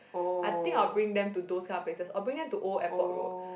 I think I'll bring them to those kind of places I'll bring them to Old Airport Road